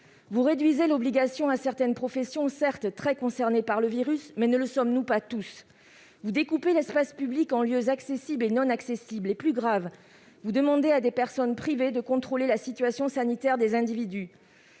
Vous réduisez l'obligation à certaines professions ; elles sont certes très concernées par le virus, mais ne le sommes-nous pas tous ? Vous découpez l'espace public en lieux accessibles et non accessibles ; plus grave encore, vous demandez à des personnes privées de contrôler la situation sanitaire des individus.